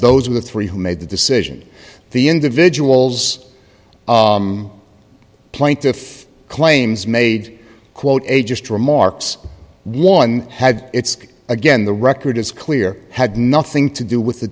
those of the three who made the decision the individuals plaintiff claims made quote a just remarks one had it's again the record is clear had nothing to do with the